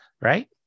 right